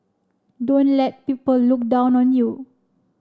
don't let people look down on you